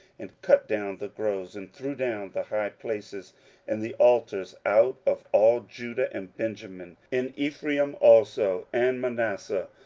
and cut down the groves, and threw down the high places and the altars out of all judah and benjamin, in ephraim also and manasseh,